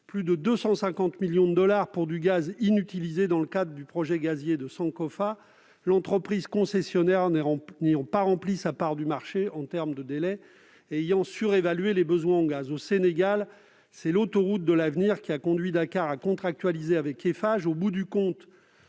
plus de 250 millions de dollars pour du gaz inutilisé dans le cadre du projet gazier de Sankofa, l'entreprise concessionnaire n'ayant pas rempli sa part du marché en termes de délais et ayant surévalué les besoins en gaz. Au Sénégal, c'est l'Autoroute de l'Avenir qui a conduit Dakar à contractualiser avec Eiffage. Au bout du compte,